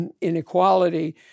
inequality